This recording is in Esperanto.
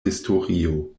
historio